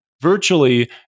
Virtually